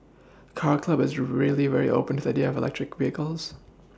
car club is really very open to the idea of electric vehicles